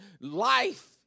life